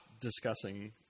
discussing